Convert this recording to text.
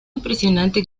impresionante